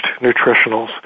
Nutritionals